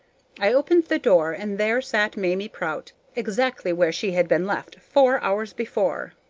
i opened the door, and there sat mamie prout exactly where she had been left four hours before.